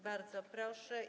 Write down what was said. Bardzo proszę.